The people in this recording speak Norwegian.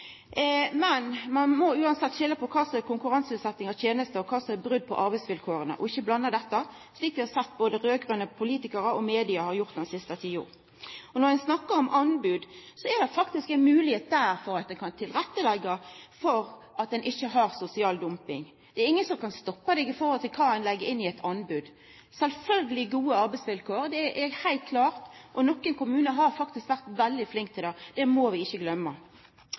Men ein må uansett skilja mellom kva som er konkurranseutsetjing av tenester, og kva som er brot på arbeidsvilkåra, og ikkje blanda dette slik vi har sett både raud-grøne politikarar og media har gjort den siste tida. Når ein snakkar om anbod, er det faktisk ei moglegheit for at ein der kan leggja til rette for at ein ikkje har sosial dumping. Det er ingen som kan stoppa deg når det gjeld kva ein kan leggja inn i eit anbod: sjølvsagt gode arbeidsvilkår, det er heilt klart – og nokre kommunar har faktisk vore veldig flinke til det, det må vi ikkje gløyma.